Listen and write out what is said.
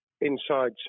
inside